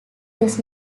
does